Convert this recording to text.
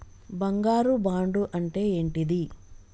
బంగారు బాండు అంటే ఏంటిది?